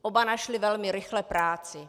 Oba našli velmi rychle práci.